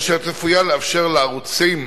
אשר צפויה לאפשר לערוצים